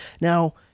Now